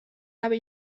habe